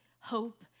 hope